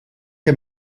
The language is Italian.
che